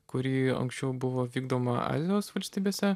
kuri anksčiau buvo vykdoma azijos valstybėse